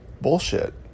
bullshit